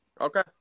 Okay